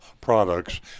products